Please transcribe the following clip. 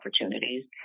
opportunities